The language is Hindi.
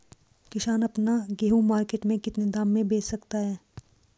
किसान अपना गेहूँ मार्केट में कितने दाम में बेच सकता है?